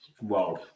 Wow